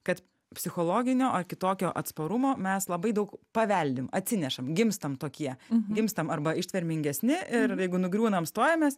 kad psichologinio ar kitokio atsparumo mes labai daug paveldim atsinešam gimstam tokie gimstam arba ištvermingesni ir jeigu nugriūnam stojamės